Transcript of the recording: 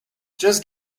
just